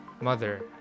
mother